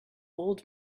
old